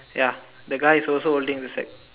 ya the guy is also holding the stack